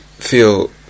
feel